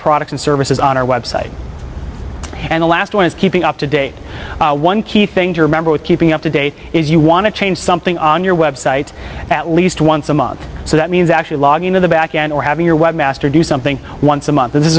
products and services on our website and the last one is keeping up to date one key thing to remember with keeping up to date is you want to change something on your website at least once a month so that means actually log into the backend or having your webmaster do something once a month